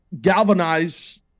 galvanize